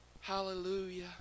Hallelujah